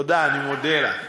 תודה, אני מודה לך.